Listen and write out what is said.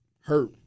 Hurt